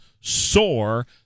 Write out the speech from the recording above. soar